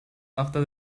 after